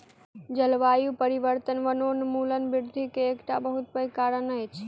जलवायु परिवर्तन वनोन्मूलन वृद्धि के एकटा बहुत पैघ कारण अछि